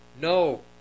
No